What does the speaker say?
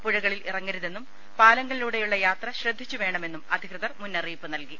പുഴകളിൽ ഇറങ്ങരുതെന്നും പാലങ്ങളി ലൂടെയുള്ള യാത്ര ശ്രദ്ധിച്ചുവേണമെന്നും അധികൃതർ മുന്നറിയിപ്പ് നൽകി